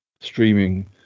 streaming